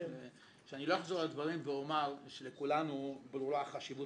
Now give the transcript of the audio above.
אני לא אחזור על דברים ואומר שלכולנו ברורה החשיבות